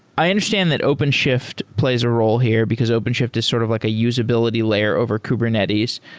i understand that openshift plays a role here, because openshift is sort of like a usability layer over kubernetes.